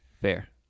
fair